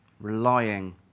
relying